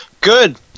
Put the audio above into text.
Good